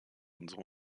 unsere